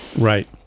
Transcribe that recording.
Right